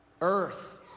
Earth